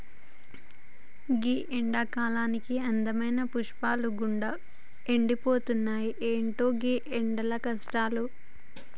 గీ ఎండకాలానికి అందమైన పువ్వులు గూడా ఎండిపోతున్నాయి, ఎంటో గీ ఎండల కష్టాలు